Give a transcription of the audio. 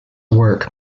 work